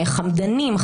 חמדנים,